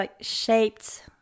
shaped